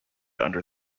under